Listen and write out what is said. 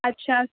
اچھا